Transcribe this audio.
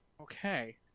Okay